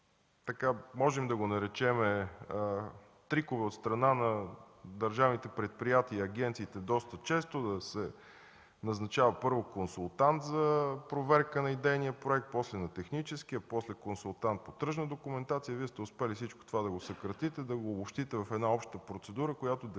с, можем да го наречем, „трикове” от страна на държавните предприятия и агенциите – да се назначава, първо консултант за проверка на идейния проект, после на техническия, после консултант по тръжна документация. Вие сте успели да съкратите всичко това, да го обобщите в една обща процедура, която де факто